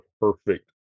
perfect